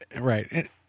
right